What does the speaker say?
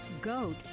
goat